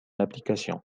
application